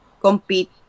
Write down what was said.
compete